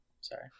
sorry